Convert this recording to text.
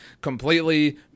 completely